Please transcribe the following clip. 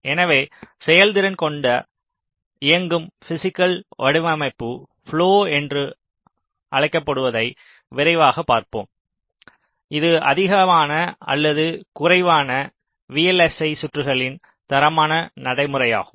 எனவே செயல்திறன் கொண்டு இயங்கும் பிஸிக்கல் வடிவமைப்பு ப்லொ என்று அழைக்கப்படுவதை விரைவாகப் பார்ப்போம் இது அதிகமான அல்லது குறைவான VLSI சுற்றுகளின் தரமான நடைமுறையாகும்